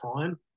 time